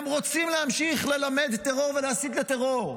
הם רוצים להמשיך ללמד טרור ולהסית לטרור.